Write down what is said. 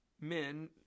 men